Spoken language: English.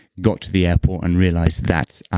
got to the airport and realized that